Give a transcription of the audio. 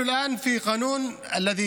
(אומר בערבית: עכשיו אנחנו בחוק